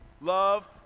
Love